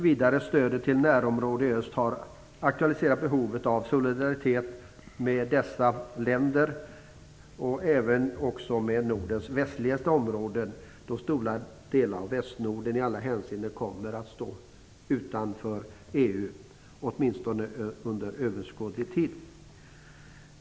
Vidare har stödet till närområdena i öst aktualiserat behovet av solidaritet med länderna där, och också med Nordens västligaste områden, då stora delar av Västnorden i alla hänseenden kommer att stå utanför EU - åtminstone under överskådlig tid.